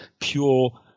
pure